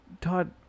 Todd